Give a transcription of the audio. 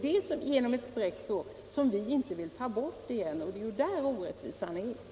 Det är däri orättvisan består.